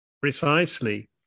Precisely